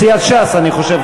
סיעת ש"ס אני חושב,